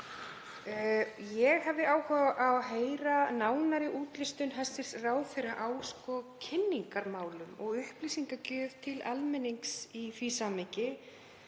Ég hefði áhuga á að heyra nánari útlistun hæstv. ráðherra á kynningarmálum og upplýsingagjöf til almennings í því samhengi